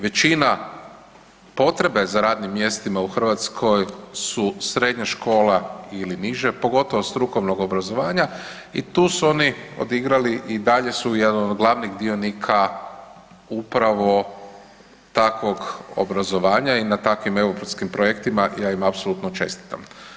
Većina potrebe za radnim mjestima u Hrvatskoj su srednja škola ili niže, pogotovo strukovnog obrazovanja i tu su oni odigrali i dalje su jedan od glavnih dionika upravo takvog obrazovanja i na takvim europskim projektima ja im apsolutno čestitam.